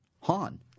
Han